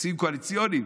תקציבים קואליציוניים?